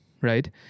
right